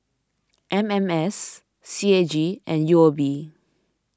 M M S C A G and U O B